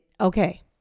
Okay